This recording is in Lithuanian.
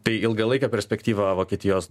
tai ilgalaikė perspektyva vokietijos